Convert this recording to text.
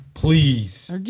Please